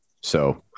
So-